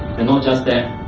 and not just that,